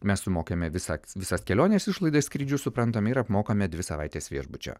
mes sumokiame visą visas kelionės išlaidas skrydžių suprantame ir apmokame dvi savaites viešbučio